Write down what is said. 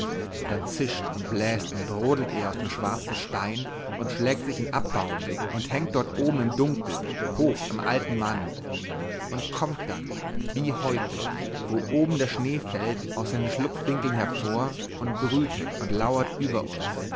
dann zischt und bläst und brodelt er aus dem schwarzen stein und schlägt sich in abbaue und hängt dort oben im dunkel hoch im alten mann und kommt dann wie heute wo oben der schnee fällt aus seinen schlupfwinkeln hervor und brütet und lauert über uns